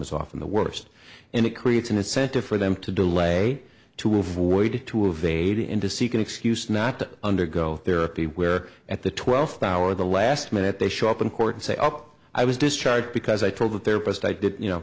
is often the worst and it creates an incentive for them to delay to avoid to have ada in to seek an excuse not to undergo therapy where at the twelfth hour the last minute they show up in court and say oh i was discharged because i told the therapist i did you know